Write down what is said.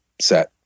set